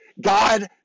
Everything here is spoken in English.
God